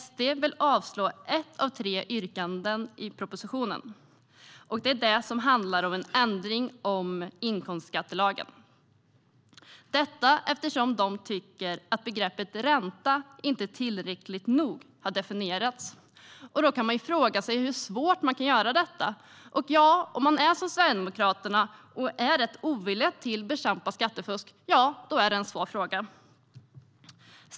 SD vill avslå ett av tre yrkanden i propositionen, det som handlar om ändring av inkomstskattelagen, eftersom de tycker att begreppet ränta inte har definierats tillräckligt noga. Man kan fråga sig hur svårt man kan göra detta. Om man är som Sverigedemokraterna och rätt ovilliga att bekämpa skattefusk är det en svår fråga.